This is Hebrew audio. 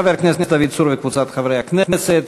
של חבר הכנסת דוד צור וקבוצת חברי הכנסת,